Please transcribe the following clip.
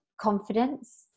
confidence